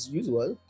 usual